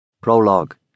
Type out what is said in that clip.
Prologue